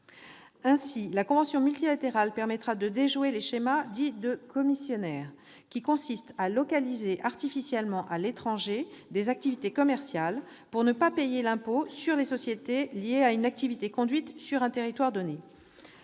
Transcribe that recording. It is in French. Ainsi, la convention multilatérale permettra de déjouer les schémas dits « de commissionnaire », qui consistent à localiser artificiellement à l'étranger des activités commerciales pour ne pas payer l'impôt sur les sociétés lié à une activité conduite sur un territoire donné.